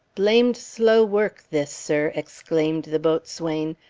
blamed slow work this, sir, exclaimed the boat swain.